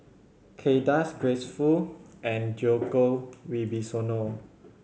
Kay Das Grace Fu and Djoko Wibisono